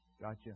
Gotcha